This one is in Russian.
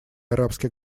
арабских